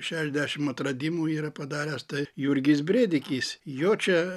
šešiasdešim atradimų yra padaręs tai jurgis brėdikis jo čia